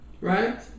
Right